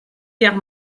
guerre